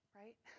right